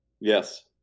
Yes